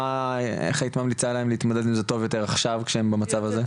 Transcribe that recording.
איך היית ממליצה להם להתמודד יותר טוב כשהם במצב הזה?